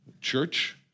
church